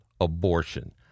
abortion